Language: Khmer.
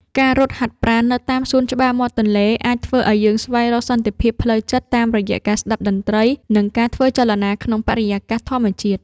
ការរត់ហាត់ប្រាណនៅតាមសួនច្បារមាត់ទន្លេ អាចធ្វើឲ្យយើងស្វែងរកសន្តិភាពផ្លូវចិត្តតាមរយៈការស្ដាប់តន្ត្រី និងការធ្វើចលនាក្នុងបរិយាកាសធម្មជាតិ។